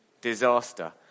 disaster